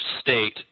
state